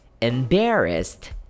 Embarrassed